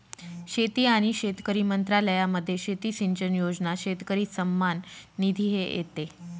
शेती आणि शेतकरी मंत्रालयामध्ये शेती सिंचन योजना, शेतकरी सन्मान निधी हे येते